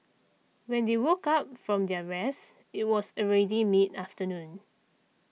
when they woke up from their rest it was already mid afternoon